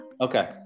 Okay